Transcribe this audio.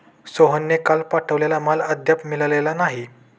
सोहनने काल पाठवलेला माल अद्याप मिळालेला नाही